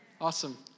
Awesome